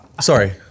Sorry